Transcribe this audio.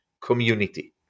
community